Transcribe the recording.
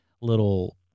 little